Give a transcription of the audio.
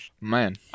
man